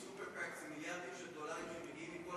עם מיליארדים של דולרים שמגיעים מכל